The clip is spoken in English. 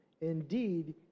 Indeed